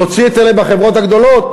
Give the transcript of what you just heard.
להוציא את אלה בחברות הגדולות,